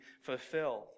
fulfilled